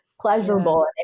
pleasurable